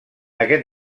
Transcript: aquest